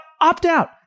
opt-out